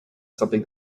something